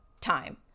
time